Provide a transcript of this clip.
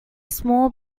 small